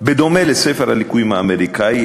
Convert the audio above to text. בדומה לספר הליקויים האמריקני,